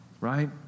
right